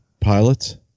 pilots